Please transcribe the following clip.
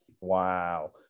Wow